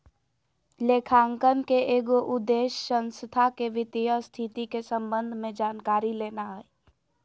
लेखांकन के एगो उद्देश्य संस्था के वित्तीय स्थिति के संबंध में जानकारी लेना हइ